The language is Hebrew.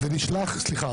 סליחה,